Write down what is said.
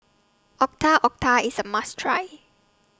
Otak Otak IS A must Try